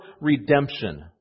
redemption